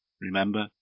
Remember